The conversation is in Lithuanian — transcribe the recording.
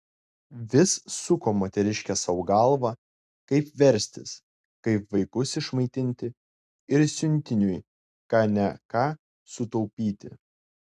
vis suko moteriškė sau galvą kaip verstis kaip vaikus išmaitinti ir siuntiniui ką ne ką sutaupyti